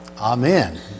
Amen